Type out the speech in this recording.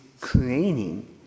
creating